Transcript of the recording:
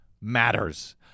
matters